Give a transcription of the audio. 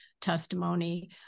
testimony